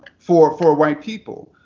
for for white people.